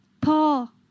Paul